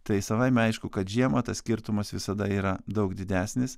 tai savaime aišku kad žiemą tas skirtumas visada yra daug didesnis